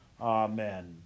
Amen